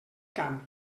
camp